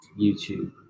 YouTube